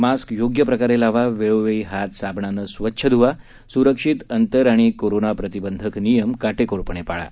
mask योग्य प्रकारे लावा वेळोवेळी हात साबणाने स्वच्छ धुवा सुरक्षित अंतर आणि कोरोना प्रतिबंधक नियम काटेकोरपणे पाळा